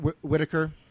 Whitaker